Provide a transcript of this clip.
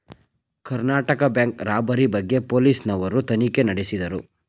Karnataka bank robbery ಬಗ್ಗೆ police ನವರು ತನಿಖೆ ನಡೆಸಿದರು